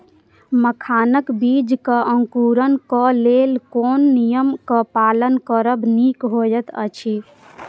मखानक बीज़ क अंकुरन क लेल कोन नियम क पालन करब निक होयत अछि?